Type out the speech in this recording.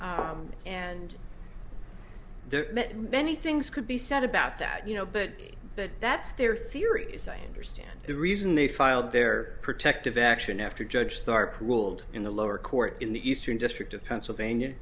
met many things could be said about that you know but but that's their theory as a understand the reason they filed their protective action after judge starr ruled in the lower court in the eastern district of pennsylvania